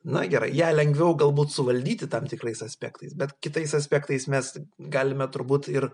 na gerai ją lengviau galbūt suvaldyti tam tikrais aspektais bet kitais aspektais mes galime turbūt ir